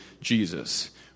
Jesus